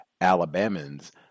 Alabamans